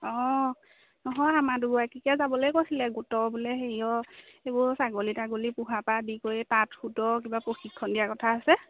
অ নহয় আমাৰ দুগৰাকীকে যাবলৈ কৈছিলে গোটৰ বোলে হেৰিয় এইবোৰ ছাগলী তাগলী পোহা পা আদি কৰি তাত সোঁতৰ কিবা প্ৰশিক্ষণ দিয়া কথা আছে